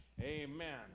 Amen